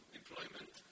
employment